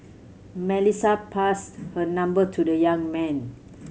Melissa passed her number to the young man